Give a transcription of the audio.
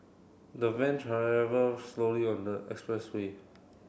the van slowly on the expressway